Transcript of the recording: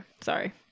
sorry